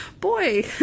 Boy